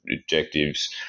objectives